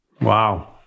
Wow